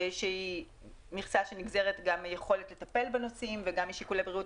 שהיא מכסה שנגזרת גם מיכולת לטפל בנוסעים וגם משיקולי בריאות